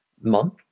month